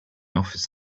office